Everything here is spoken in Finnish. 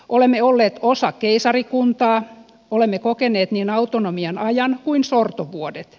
olemme olleet osa keisarikuntaa olemme kokeneet niin autonomian ajan kuin sortovuodet